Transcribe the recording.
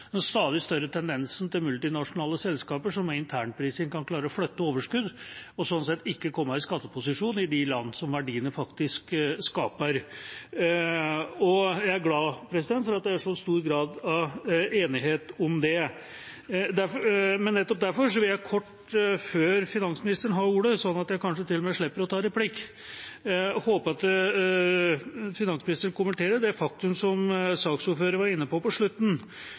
den stadig større tendensen til at multinasjonale selskaper ved internprising kan klare å flytte overskudd og sånn sett ikke komme i skatteposisjon i de land verdiene faktisk skapes. Jeg er glad for at det er så stor grad av enighet om det. Men nettopp derfor vil jeg kort nevne, før finansministeren har ordet – sånn at jeg kanskje til og med slipper å ta replikk – at jeg håper at finansministeren kommenterer det faktum som saksordføreren var inne på på slutten,